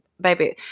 baby